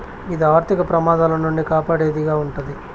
ఇది ఆర్థిక ప్రమాదాల నుండి కాపాడేది గా ఉంటది